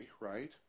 right